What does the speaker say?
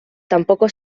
tampoco